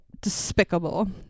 despicable